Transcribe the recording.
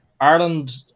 Ireland